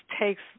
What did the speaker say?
takes –